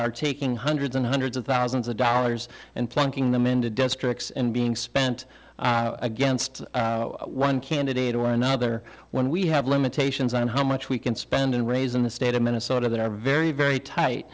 are taking hundreds and hundreds of thousands of dollars and plunking them into districts and being spent against one candidate or another when we have limitations on how much we can spend in raising the state of minnesota that are very very tight